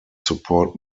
support